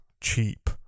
cheap